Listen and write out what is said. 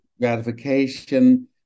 gratification